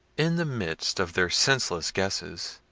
in the midst of their senseless guesses,